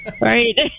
Right